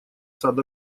сад